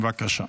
בבקשה.